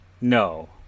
No